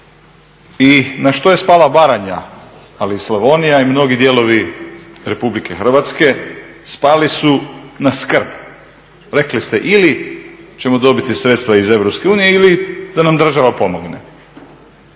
I na što je spala Baranja ali i Slavonija i mnogi dijelovi RH? spali su na skrb. Rekli ste ili ćemo dobiti sredstva iz EU ili da nam država pomogne.